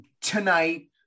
tonight